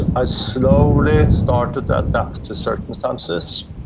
i slowly started ah adapt to certain senses.